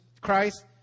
Christ